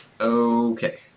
Okay